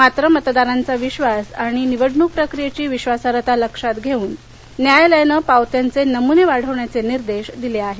मात्र मतदारांचा विश्वास आणि निवडणूक प्रक्रियेची विश्वासार्हता लक्षात घेऊन न्यायालयानं पावत्यांचे नमूने वाढवण्याचे निर्देश दिले आहेत